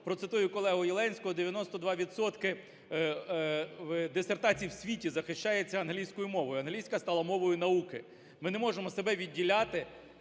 процитую колегу Єленського: "92 відсотки дисертацій у світі захищається англійською мовою, англійська стала мовою науки". Ми не можемо себе відділяти,